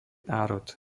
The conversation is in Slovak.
národ